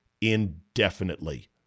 indefinitely